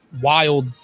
wild